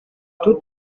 του